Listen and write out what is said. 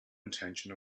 intention